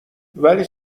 ولی